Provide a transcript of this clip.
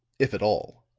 if at all.